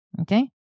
okay